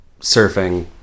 surfing